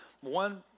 One